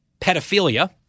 pedophilia